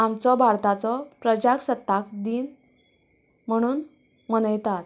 आमचो भारताचो प्रजासत्ताक दिन म्हणून मनयतात